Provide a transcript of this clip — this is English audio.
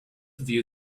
view